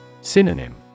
Synonym